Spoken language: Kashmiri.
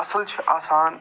اَصٕل چھِ آسان